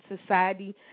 society